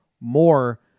more